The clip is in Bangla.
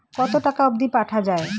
কতো টাকা অবধি পাঠা য়ায়?